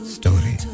story